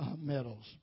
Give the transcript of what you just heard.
medals